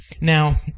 now